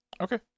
Okay